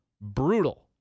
brutal